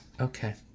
Okay